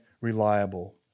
reliable